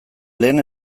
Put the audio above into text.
lehen